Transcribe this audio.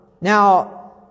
Now